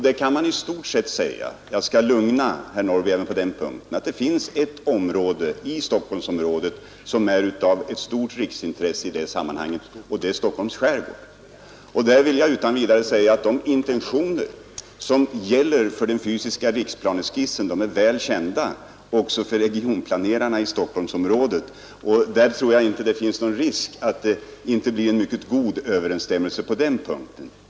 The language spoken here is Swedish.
Där kan man i stort sett säga — jag skall lugna herr Norrby även på den punkten — att det finns en del av Stockholmsområdet, som är av betydande riksintresse nämligen Stockholms skärgård, och jag kan utan vidare framhålla, att de intentioner som därvidlag gäller för den fysiska riksplaneskissen är väl kända också för regionplanerarna i Stockholmsområdet. Jag tror inte att det är någon risk för att det inte föreligger en mycket god överensstämmelse på den punkten.